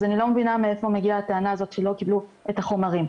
אז אני לא מבינה מאיפה מגיעה הטענה שהם לא קיבלו את החומרים.